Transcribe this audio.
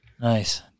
nice